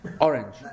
Orange